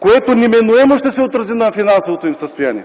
което неминуемо ще се отрази на финансовото им състояние.